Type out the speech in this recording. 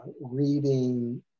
reading